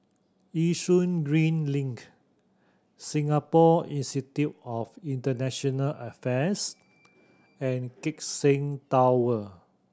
Yishun Green Link Singapore Institute of International Affairs and Keck Seng Tower